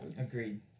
Agreed